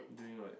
doing what